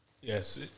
Yes